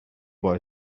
boy